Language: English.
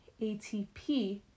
ATP